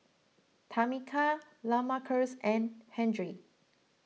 Tamika Lamarcus and Henry